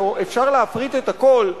שאפשר להפריט את הכול,